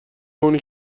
اونی